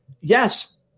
yes